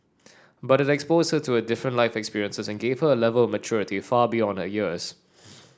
but it exposed her to different life experiences and gave her A Level of maturity far beyond her years